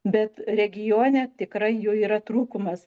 bet regione tikrai jų yra trūkumas